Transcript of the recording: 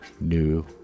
new